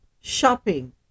shopping